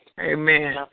Amen